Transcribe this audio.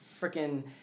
freaking